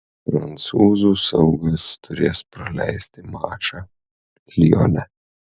prancūzų saugas turės praleisti mačą lione